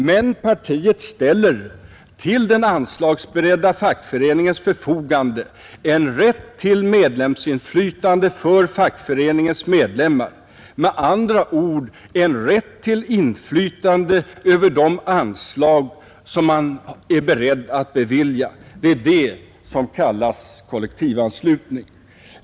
Men partiet ställer till den anslagsberedda fackföreningens förfogande en rätt till medlemsinflytande för fackföreningens medlemmar, med andra ord en rätt till inflytande över de anslag som man är beredd att bevilja. Det är det som kallas kollektivanslutning.